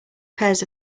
pairs